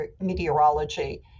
meteorology